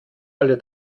alle